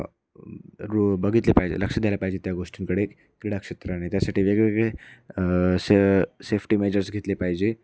row बघितले पाहिजे लक्ष द्यायला पाहिजे त्या गोष्टींकडे क्रीडा क्षेत्राने त्यासाठी वेगवेगळे से सेफ्टी मेजर्स घेतले पाहिजे